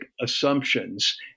assumptions